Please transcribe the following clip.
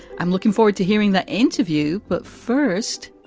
i'm looking forward to hearing the interview. but first,